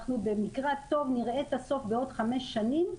שבמקרה הטוב נראה את הסוף שלה בעוד חמש שנים,